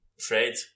Fred